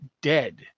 dead